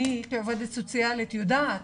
אני הייתי עובדת סוציאלית ואני יודעת